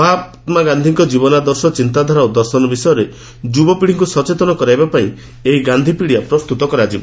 ମହାତ୍କା ଗାକ୍ଷୀଙ୍କ ଜୀବନାଦର୍ଶ ଚିନ୍ତାଧାରା ଓ ଦର୍ଶନ ବିଷୟରେ ଯୁବପୀଢ଼ିଙ୍କୁ ସଚେତନ କରାଇବା ପାଇଁ ଏହି ଗାନ୍ଧିପିଡ଼ିଆ ପ୍ରସ୍ତୁତ କରାଯିବ